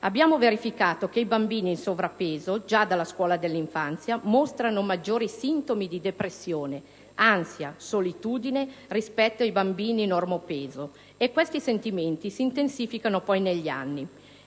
È stato verificato, infatti, che i bambini in sovrappeso già a partire dalla scuola dell'infanzia mostrano maggiori sintomi di depressione, ansia e solitudine rispetto ai bambini normopeso e che questi sentimenti si intensificano poi negli anni.